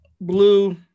blue